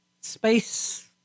space